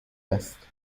است